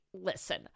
listen